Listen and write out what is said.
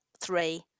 three